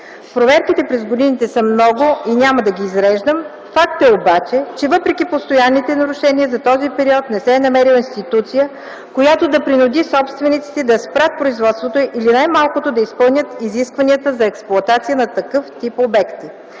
Проверките през годините са много и няма да ги изреждам. Факт е обаче, че въпреки постоянните нарушения за този период не се е намерила институция, която да принуди собствениците да спрат производството или най-малкото – да изпълнят изискванията за експлоатация на такъв тип обекти.